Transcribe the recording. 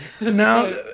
Now